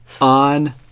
on